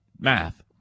math